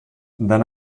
then